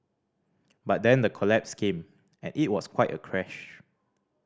but then the collapse came and it was quite a crash